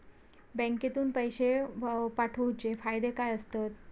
बँकेतून पैशे पाठवूचे फायदे काय असतत?